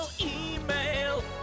email